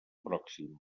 pròxim